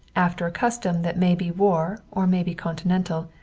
after a custom that may be war or may be continental,